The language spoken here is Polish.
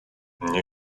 nie